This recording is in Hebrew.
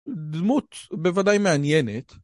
דמות בוודאי מעניינת